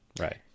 Right